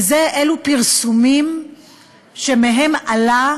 ואלו פרסומים שמהם עלה